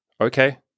Okay